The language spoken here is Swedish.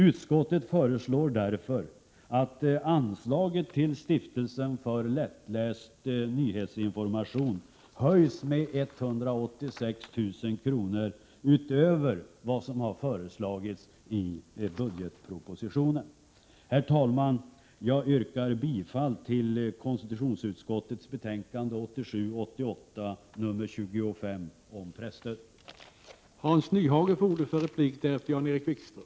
Utskottet föreslår därför att anslaget till Stiftelsen för lättläst nyhetsinformation höjs med 186 000 kr., utöver vad som föreslagits i budgetpropositionen. Herr talman! Jag yrkar bifall till hemställan i konstitutionsutskottets betänkande 1987/88:25 om presstöd.